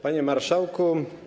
Panie Marszałku!